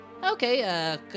Okay